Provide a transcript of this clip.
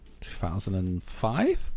2005